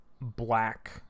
black